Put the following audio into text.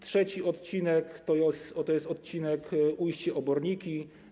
Trzeci odcinek to jest odcinek Ujście - Oborniki.